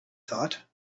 thought